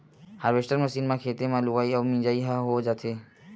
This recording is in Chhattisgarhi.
हारवेस्टर मषीन म खेते म लुवई अउ मिजई ह हो जाथे